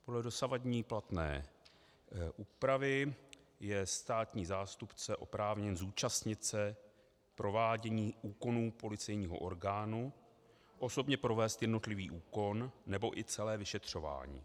Podle dosavadní platné úpravy je státní zástupce oprávněn se zúčastnit provádění úkonů policejního orgánu, osobně provést jednotlivý úkon nebo i celé vyšetřování.